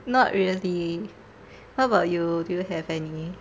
not really what about you do you have any